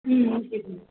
ம் okay sir